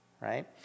right